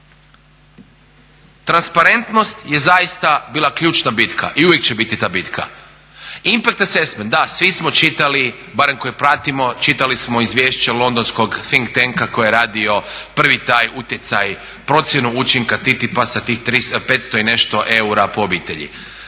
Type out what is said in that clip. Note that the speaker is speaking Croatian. transparentnost je zaista ključna bitka i uvijek će biti takva bitka. … /Govornik govori engleski./ … da svi smo čitali barem koji pratimo, čitali smo izvješće londonskog … /Govornik govori engleski./ … koji je radio prvi taj utjecaj procjenu učinka TTIP-a sa tih 500 i nešto eura po obitelji.